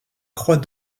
croix